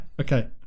Okay